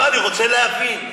לא, אני רוצה להבין.